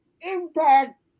Impact